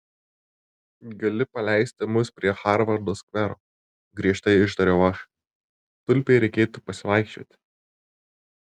gali paleisti mus prie harvardo skvero griežtai ištariau aš tulpei reikėtų pasivaikščioti